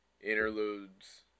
interludes